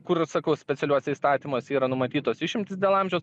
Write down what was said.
kur sakau specialiuose įstatymuose yra numatytos išimtys dėl amžiaus